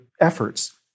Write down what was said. efforts